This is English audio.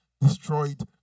Destroyed